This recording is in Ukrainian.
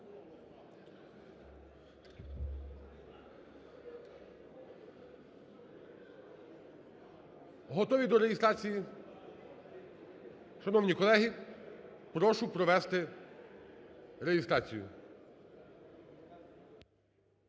Готові до реєстрації? Шановні колеги! Прошу провести реєстрацію.